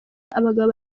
n’abagabo